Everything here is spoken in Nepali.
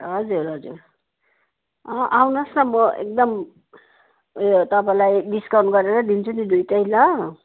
हजुर हजुर आउनु होस् न म एकदम उयो तपाईँलाई डिस्काउन्ट गरेर दिन्छु नि दुइवटै ल